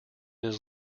his